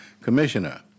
Commissioner